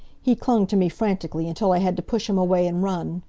he clung to me, frantically, until i had to push him away and run.